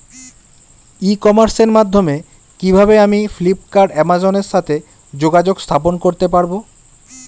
ই কমার্সের মাধ্যমে কিভাবে আমি ফ্লিপকার্ট অ্যামাজন এর সাথে যোগাযোগ স্থাপন করতে পারব?